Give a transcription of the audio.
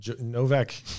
Novak